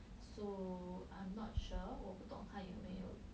so I'm not sure 我不懂他有没有